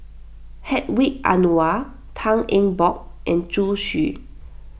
Hedwig Anuar Tan Eng Bock and Zhu Xu